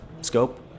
scope